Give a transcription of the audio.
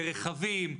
ברכבים,